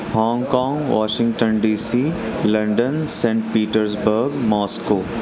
Hong Kong Washington DC London saint peters burg Moscow